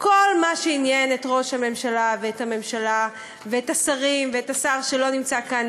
כל מה שעניין את ראש הממשלה ואת הממשלה ואת השרים ואת השר שלא נמצא כאן,